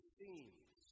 themes